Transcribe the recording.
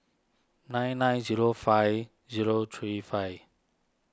nine nine zero five zero three five